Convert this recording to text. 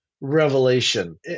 revelation